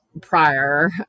prior